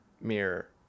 mirror